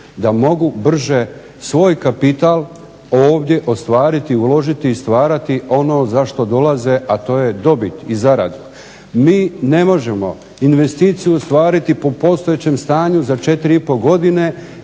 da mogu brže svoj kapital ovdje ostvariti, uložiti i stvarati ono za što dolaze, a to je dobit i zarada. Mi ne možemo investicije ostvariti po postojećem stanju za četiri